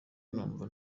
numva